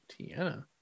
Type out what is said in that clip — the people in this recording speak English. Tiana